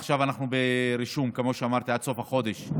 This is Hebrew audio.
אנחנו עכשיו ברישום עד סוף החודש,